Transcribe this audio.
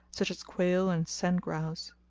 such as quail and sand grouse.